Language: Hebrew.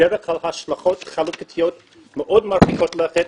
בדרך כלל השלכות חלוקתיות מאוד מרחיקות לכת,